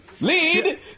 Lead